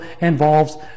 involves